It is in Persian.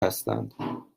هستند